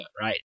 right